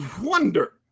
wonder